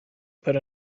put